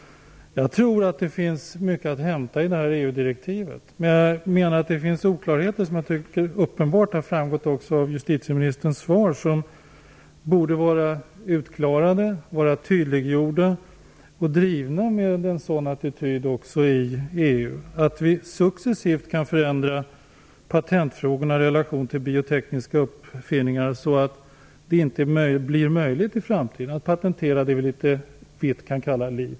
Jag tror att det finns mycket att hämta i detta EU-direktiv, men jag menar att det finns oklarheter som borde vara utredda. Det tycker jag också uppenbart har framgått av justitieministerns svar. Man måste tydliggöra, och man måste driva frågorna med en sådan attityd också i EU att vi successivt kan förändra patentfrågorna i relation till biotekniska uppfinningar, så att det i framtiden inte blir möjligt att patentera det som vi litet fritt kan kalla liv.